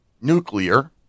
nuclear